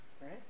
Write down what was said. Right